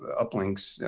uplinks,